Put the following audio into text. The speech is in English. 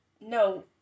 No